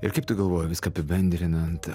ir kaip tu galvoji viską apibendrinant